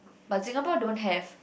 but Singapore don't have